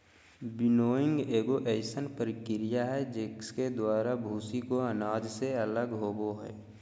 winnowing एगो अइसन प्रक्रिया हइ जिसके द्वारा भूसी को अनाज से अलग होबो हइ